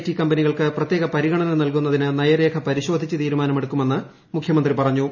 T കമ്പനികൾക്ക് പ്രത്യേക പരിഗണന നൽകുന്നതിന് നയരേഖ പരിശോധിച്ച് തീരുമാനം എടുക്കുമെന്ന് മുഖ്യമന്ത്രി പറഞ്ഞു